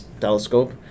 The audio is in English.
telescope